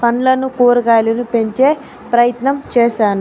పండ్లను కురగాయలను పెంచే ప్రయత్నం చేశాను